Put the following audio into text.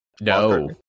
No